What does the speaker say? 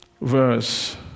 verse